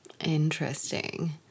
Interesting